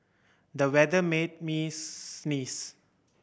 the weather made me sneeze